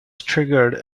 triggered